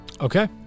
Okay